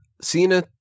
Cena